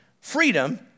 freedom